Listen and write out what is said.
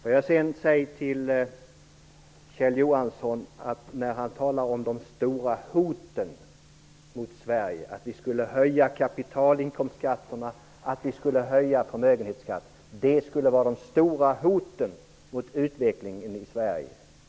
Kjell Johansson talar om de stora hoten mot Sverige och syftar på att Socialdemokraterna skulle höja kapitalinkomstskatterna och förmögenhetsskatten. Det skulle vara de stora hoten mot utvecklingen i Sverige.